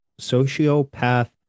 sociopath